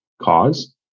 cause